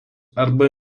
arba